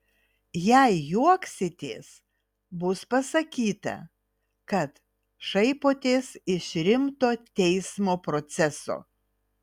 jei juoksitės bus pasakyta kad šaipotės iš rimto teismo proceso